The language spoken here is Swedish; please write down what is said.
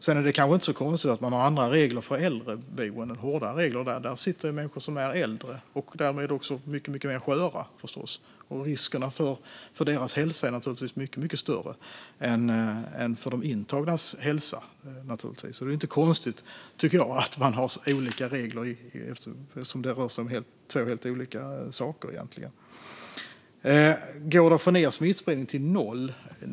Sedan är det kanske inte så konstigt att man har hårdare regler för äldreboenden. Där sitter människor som är äldre och därmed också mycket mer sköra förstås, och riskerna för deras hälsa är naturligtvis mycket större än för de intagnas hälsa. Då tycker jag inte att det är konstigt att man har olika regler, eftersom det rör sig om två helt olika saker. Går det att få ned smittspridningen till noll?